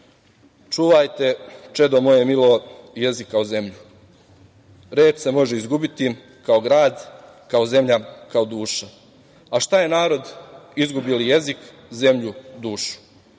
„Čuvajte čedo moje milo jezik kao zemlju, red se može izgubiti kao grad, kao zemlja, kao duša, a šta je narod izgubi li jezik, zemlju, dušu?